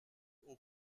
aux